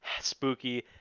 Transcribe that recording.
spooky